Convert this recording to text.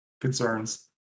concerns